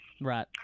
Right